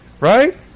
right